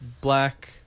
black